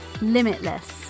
limitless